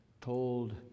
told